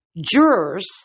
jurors